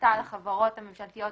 פנתה לחברות הממשלתיות